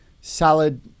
salad